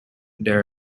there